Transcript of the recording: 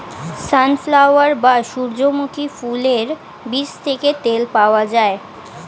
sunflower বা সূর্যমুখী ফুলের বীজ থেকে তেল পাওয়া যায়